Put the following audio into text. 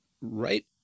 right